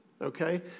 okay